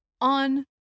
on